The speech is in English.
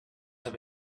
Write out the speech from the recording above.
have